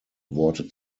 worte